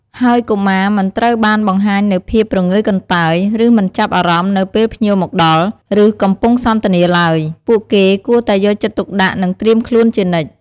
ហើយកុមារមិនត្រូវបង្ហាញនូវភាពព្រងើយកន្តើយ ឬមិនចាប់អារម្មណ៍នៅពេលភ្ញៀវមកដល់ ឬកំពុងសន្ទនាឡើយ ពួកគេគួរតែយកចិត្តទុកដាក់ និងត្រៀមខ្លួនជានិច្ច។